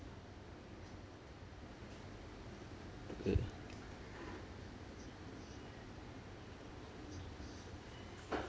okay